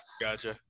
gotcha